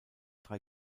drei